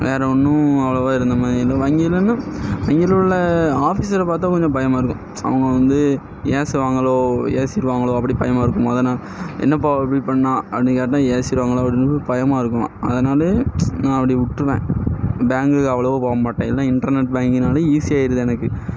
வேற ஒன்றும் அவ்வளோவா இருந்தமாதிரி இல்லை வங்கியிலனா வங்கியில உள்ள ஆஃபீஸரை பார்த்தா கொஞ்சம் பயமாக இருக்கும் அவங்க வந்து ஏசுவாங்களோ ஏசிடுவாங்களோ அப்படி பயமா இருக்கும் முத நான் என்னப்பா எப்படி பண்ண அப்படி கேட்டால் ஏசிடுவாங்களோ அப்படினு பயமாக இருக்கும் அதனாலேயே நான் அப்படி விட்ருவேன் பேங்க்குக்கு அவ்வளோவா போக மாட்டேன் எல்லாம் இன்டர்நெட் பேங்க்கிங்னால ஈஸியாயிடுது எனக்கு